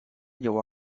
llevó